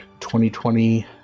2020